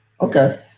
Okay